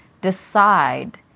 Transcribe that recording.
decide